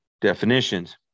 definitions